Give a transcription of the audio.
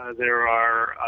ah there are